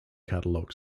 catalog